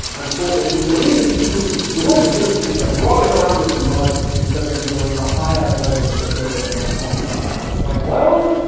and thought that if we believed in hedonism we'd all be doing things like rolling around in the mud instead of enjoying the higher pleasures of going to the opera. and it's like well,